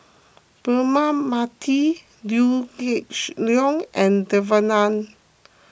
Braema Mathi Liew Geok Leong and Devan Nair